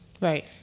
Right